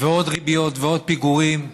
ועוד ריביות ועוד פיגורים.